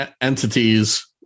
entities